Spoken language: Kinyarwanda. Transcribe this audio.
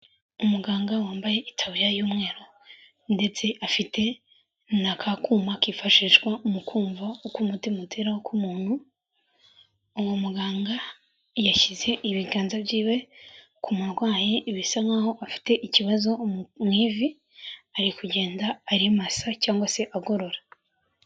Umuganga wambaye itabuya y'umweru ndetse afite na ka kuma kifashishwa mu kumva uko umutima utera ku muntu, uwo muganga yashyize ibiganza by'iwe ku murwayi, bisa nkaho afite ikibazo mu ivi, ari kugenda arimasa cyangwa se agorora.